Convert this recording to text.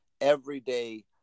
everyday